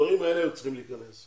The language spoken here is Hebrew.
דברים כאלה היו צריכים להיכנס.